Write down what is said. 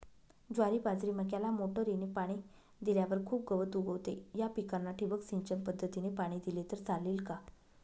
ज्वारी, बाजरी, मक्याला मोटरीने पाणी दिल्यावर खूप गवत उगवते, या पिकांना ठिबक सिंचन पद्धतीने पाणी दिले तर चालेल का?